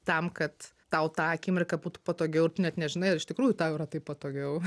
tam kad tau tą akimirką būtų patogiau ir tu net nežinai ar iš tikrųjų tau yra taip patogiau